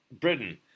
Britain